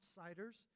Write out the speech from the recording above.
outsiders